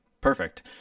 Perfect